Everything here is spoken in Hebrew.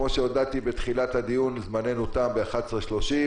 כמו שהודעתי בתחילת הדיון, זמננו תם ב-11:30.